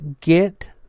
get